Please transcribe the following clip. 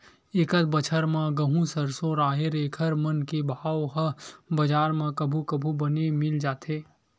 एकत बछर म गहूँ, सरसो, राहेर एखर मन के भाव ह बजार म कभू कभू बने मिल जाथे